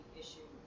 issue